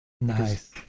Nice